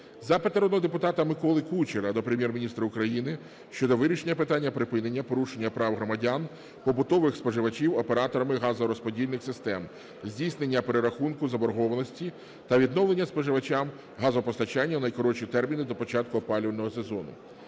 Запит народного депутата Миколи Кучера до Прем'єр-міністра України щодо вирішення питання припинення порушення прав громадян – побутових споживачів операторами газорозподільних систем, здійснення перерахунку заборгованості та відновлення споживачам газопостачання у найкоротші терміни до початку опалювального сезону.